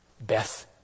Beth